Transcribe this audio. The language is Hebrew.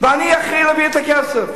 ואני אתחיל להביא את הכסף,